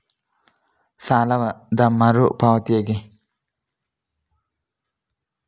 ಸಾಲದ ಮರು ಪಾವತಿ ಹೇಗೆ?